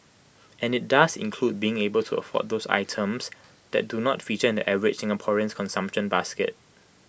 and IT does include being able to afford those items that do not feature in the average Singaporean's consumption basket